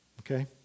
okay